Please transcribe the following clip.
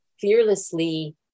fearlessly